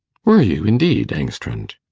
were you indeed, engstrand?